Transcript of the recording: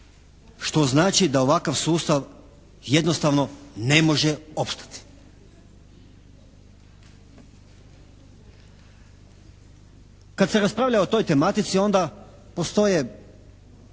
što znači da ovakav sustav jednostavno ne može opstati. Kad se raspravlja o toj tematici onda postoje